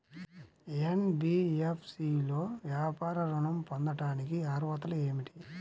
NBFC లో వ్యాపార ఋణం పొందటానికి అర్హతలు ఏమిటీ?